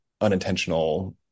unintentional